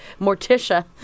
Morticia